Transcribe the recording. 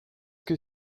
que